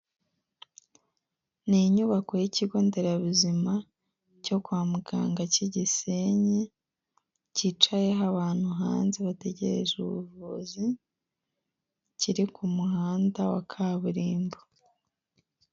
Ni inyubako y'ikigo nderabuzima cyo kwa muganga cy'i Gisenyi cyicayeho abantu hanze bategereje ubuvuzi, kiri ku muhanda wa kaburimbo.